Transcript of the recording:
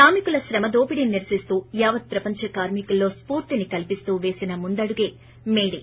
శ్రామికుల శ్రమదోపిడిని నిరసిస్తూ యావత్ ప్రపంచ కార్మికుల్లో స్పూర్తిని కల్చిస్తూ పేసిన ముందడుగే మే డే